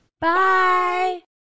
Bye